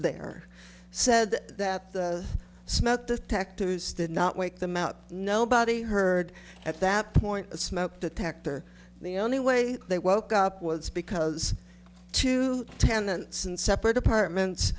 there said that the smoke detectors did not wake them out nobody heard at that point the smoke detector the only way they woke up was because two tenants in separate apartments